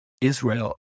Israel